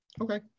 Okay